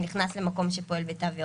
ונכנס למקום שפועל בתו ירוק.